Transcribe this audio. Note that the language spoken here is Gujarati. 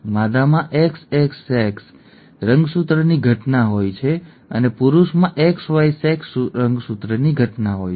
માદામાં XX સેક્સ રંગસૂત્રની ઘટના હોય છે અને પુરુષમાં XY સેક્સ રંગસૂત્રની ઘટના હોય છે